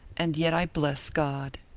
and yet i bless god.